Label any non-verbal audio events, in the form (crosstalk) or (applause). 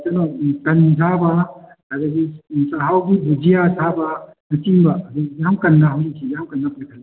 ꯀꯩꯅꯣ ꯇꯟ ꯁꯥꯕ ꯑꯗꯒꯤ ꯆꯥꯛꯍꯥꯎꯒꯤ ꯕꯨꯖꯤꯌꯥ ꯁꯥꯕ (unintelligible) ꯌꯥꯝ ꯀꯟꯅ ꯍꯧꯖꯤꯛꯁꯦ ꯌꯥꯝ ꯀꯟꯅ ꯄꯥꯏꯈꯠꯂꯛꯏ